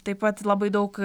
taip pat labai daug